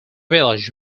village